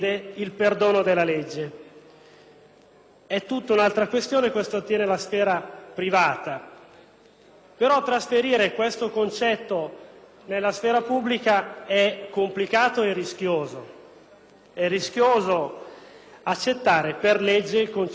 è tutt'altra questione e attiene alla sfera privata. Trasferire questo concetto nella sfera pubblica è complicato e rischioso. È rischioso accettare per legge il concetto stesso di eutanasia attiva,